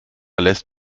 lässt